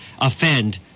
offend